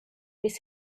miss